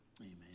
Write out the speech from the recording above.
Amen